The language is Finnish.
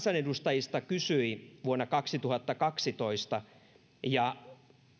kansanedustajista kysyi vuonna kaksituhattakaksitoista ja